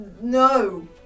no